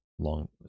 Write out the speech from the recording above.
long